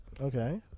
Okay